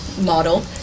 model